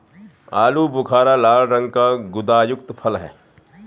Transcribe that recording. आलू बुखारा लाल रंग का गुदायुक्त फल है